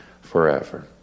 forever